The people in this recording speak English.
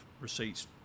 receipts